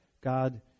God